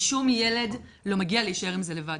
לשום ילד לא מגיע להישאר עם זה לבד".